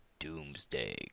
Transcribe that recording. Doomsday